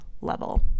level